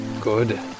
Good